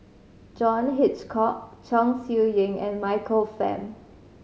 John Hitchcock Chong Siew Ying and Michael Fam